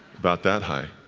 about that high.